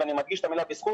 ואני מדגיש את המילה "בזכות",